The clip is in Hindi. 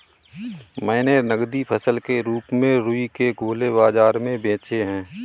मैंने नगदी फसल के रूप में रुई के गोले बाजार में बेचे हैं